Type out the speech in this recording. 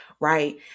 right